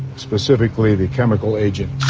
specifically the chemical agent